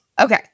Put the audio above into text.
Okay